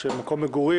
היום יום חמישי,